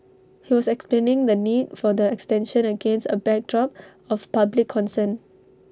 he was explaining the need for the extension against A backdrop of public concern